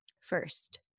First